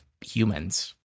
humans